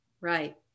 Right